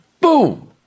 boom